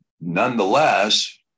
nonetheless